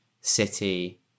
City